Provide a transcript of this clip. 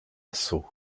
sceaux